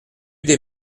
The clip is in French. des